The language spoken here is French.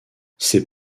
ses